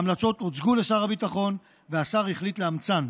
ההמלצות הוצגו לשר הביטחון, והשר החליט לאמצן,